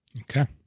Okay